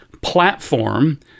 platform